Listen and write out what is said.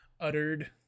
uttered